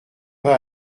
pas